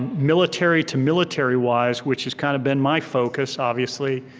military to military-wise, which has kind of been my focus, obviously,